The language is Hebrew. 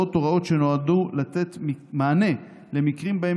מוצעות הוראות שנועדו לתת מענה למקרים שבהם